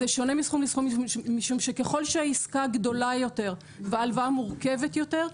זה שונה מסכום לסכום משום שככל שהעסקה גדולה יותר וההלוואה מורכבת יותר,